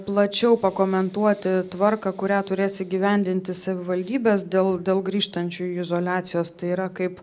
plačiau pakomentuoti tvarką kurią turės įgyvendinti savivaldybės dėl dėl grįžtančiųjų izoliacijos tai yra kaip